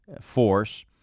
force